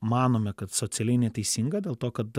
manome kad socialiai neteisinga dėl to kad